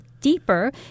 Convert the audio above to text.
deeper